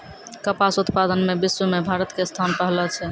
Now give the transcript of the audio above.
कपास उत्पादन मॅ विश्व मॅ भारत के स्थान पहलो छै